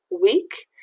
week